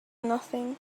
nothing